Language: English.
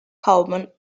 common